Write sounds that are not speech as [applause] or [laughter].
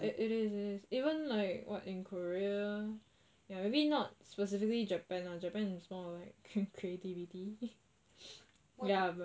it is it is even like what in korea ya maybe not specifically japan lah japan is more like [noise] creativity ya but